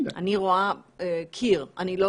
אני רואה קיר, לא